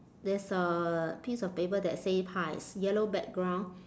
there's a piece of paper that say pies yellow background